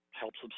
helps